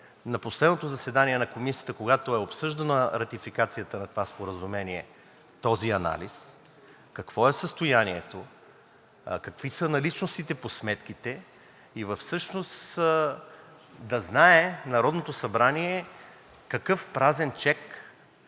на последното заседание на Комисията, когато е обсъждана ратификацията на това споразумение, какво е състоянието, какви са наличностите по сметките и всъщност да знае Народното събрание какъв празен чек